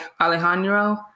Alejandro